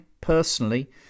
personally